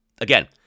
Again